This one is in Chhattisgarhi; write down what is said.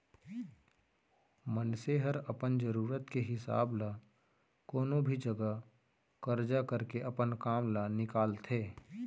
मनसे ह अपन जरूरत के हिसाब ल कोनो भी जघा करजा करके अपन काम ल निकालथे